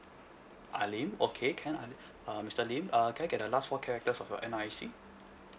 ah lim okay can ah li~ uh mister lim uh can I get the last four characters of your N_R_I_C